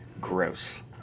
Gross